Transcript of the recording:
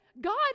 God